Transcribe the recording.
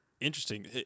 interesting